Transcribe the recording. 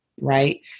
right